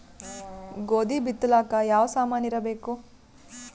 ಗೋಧಿ ಬಿತ್ತಲಾಕ ಯಾವ ಸಾಮಾನಿರಬೇಕು?